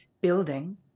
building